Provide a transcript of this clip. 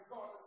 God